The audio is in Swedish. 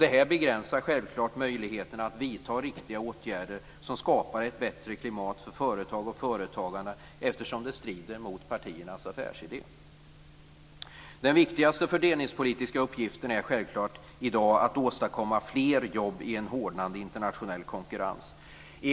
Det här begränsar självklart möjligheten att vidta riktiga åtgärder som skapar ett bättre klimat för företag och företagande, eftersom det strider mot partiernas affärsidé. Den viktigaste fördelningspolitiska uppgiften i dag är självklart att åstadkomma fler jobb i en hårdnande internationell konkurrens.